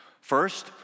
First